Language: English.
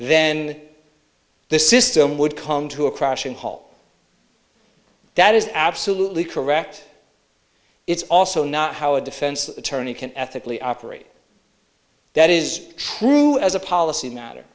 then the system would come to a crashing halt that is absolutely correct it's also not how a defense attorney can ethically operate that is true as a policy matter